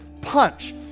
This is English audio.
punch